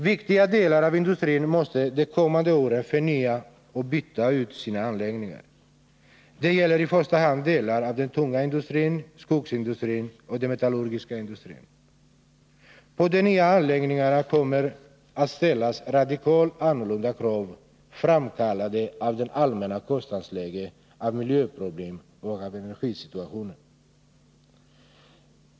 Viktiga delar av industrin måste de kommande åren förnya och byta ut sina anläggningar. Det gäller i första hand delar av den tunga industrin, skogsindustrin och den metallurgiska industrin. På de nya anläggningarna kommer det att ställas radikalt annorlunda krav, framkallade av det allmänna kostnadsläget, av miljöproblemen och av energisituationen.